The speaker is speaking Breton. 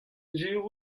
sur